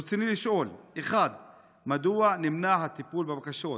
רצוני לשאול: 1. מדוע נמנע הטיפול בבקשות?